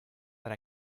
that